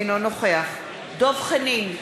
אינו נוכח דב חנין,